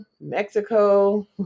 mexico